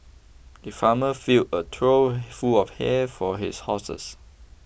the farmer filled a trough full of hay for his horses